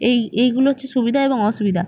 এই এইগুলো হচ্ছে সুবিধা এবং অসুবিধা